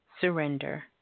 surrender